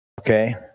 okay